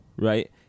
right